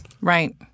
Right